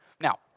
Now